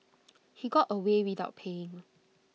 he got away without paying